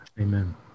Amen